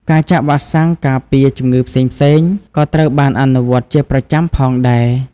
ការចាក់វ៉ាក់សាំងការពារជំងឺផ្សេងៗក៏ត្រូវបានអនុវត្តជាប្រចាំផងដែរ។